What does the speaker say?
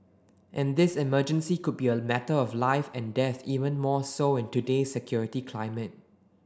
and this emergency could be a matter of life and death even more so in today's security climate